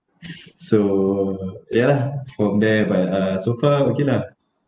so ya lah from there but uh so far okay lah